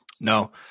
No